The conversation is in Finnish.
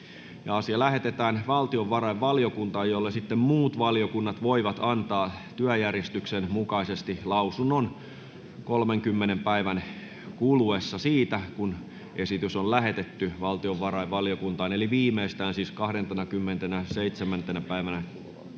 Asia lähetetään valtiovarainvaliokuntaan, jolle muut valiokunnat voivat antaa työjärjestyksen mukaisesti lausunnon 30 päivän kuluessa siitä, kun esitys on lähetetty valtiovarainvaliokuntaan eli viimeistään 27.10.2022.